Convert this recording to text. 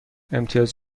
امتیاز